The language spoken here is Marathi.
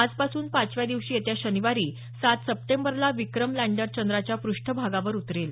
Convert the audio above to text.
आजपासून पाचव्या दिवशी येत्या शनिवारी सात सप्टेंबरला विक्रम लँडर चंद्राच्या प्रष्ठभागावर उतरेल